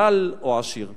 דל או עשיר.